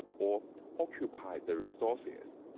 or occupy the resources.